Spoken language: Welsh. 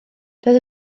doedd